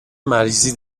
مریضی